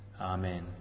Amen